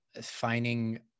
finding